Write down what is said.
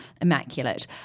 immaculate